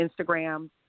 Instagram